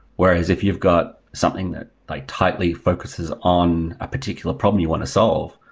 whereas, if you've got something that like tightly focuses on a particular problem you want to solve,